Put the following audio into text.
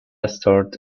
stored